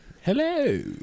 Hello